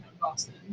Boston